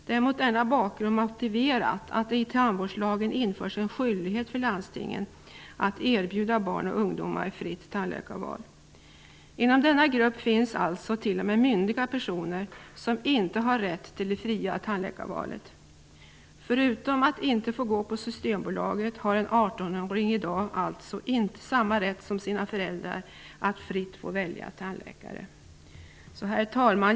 Det är mot denna bakgrund motiverat att det i tandvårdslagen införs en skyldighet för landstingen att erbjuda barn och ungdomar fritt tandläkarval. Inom denna grupp finns alltså t.o.m. myndiga personer som inte har rätt till ett fritt tandläkarval. Förutom att inte få gå på Systembolaget har en 18 åring i dag alltså inte samma rätt som sina föräldrar att fritt få välja tandläkare. Herr talman!